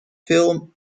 film